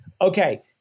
Okay